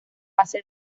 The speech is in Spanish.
base